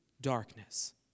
darkness